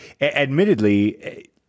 admittedly